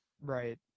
Right